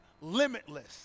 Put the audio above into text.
limitless